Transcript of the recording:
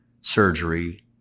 surgery